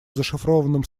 зашифрованным